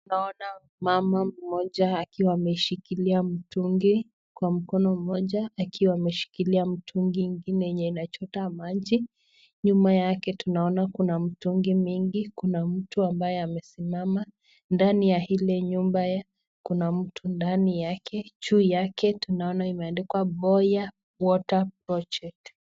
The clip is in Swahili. Tunaona mama mmoja akiwa ameshikilia mtungi. Kwa mkono mmoja akiwa ameshikilia mtungi ingine yenye inachota maji. Nyuma yake tunaona kuna mitungi mingi. Kuna mtu ambaye amesimama. Ndani ya hili nyumba kuna mtu ndani yake, juu yake tunaona imeandikwa boya [water project].